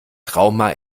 trauma